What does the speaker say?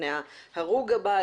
לפני ההרוג הבא,